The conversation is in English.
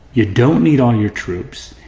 you don't need all your troops,